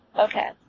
Okay